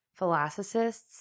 philosophists